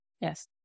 Yes